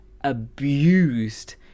abused